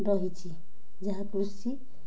ରହିଛିି ଯାହା କୃଷି